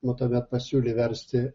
nu tuomet pasiūlė versti